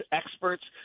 experts